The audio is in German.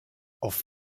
auf